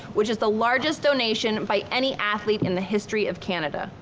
which is the largest nation by any athlete in the history of canada.